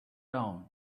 down